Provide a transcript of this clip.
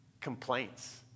complaints